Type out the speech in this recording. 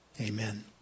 Amen